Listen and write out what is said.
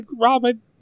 Robin